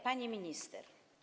Pani Minister!